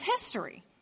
history